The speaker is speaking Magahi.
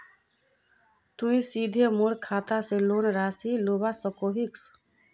तुई सीधे मोर खाता से लोन राशि लुबा सकोहिस?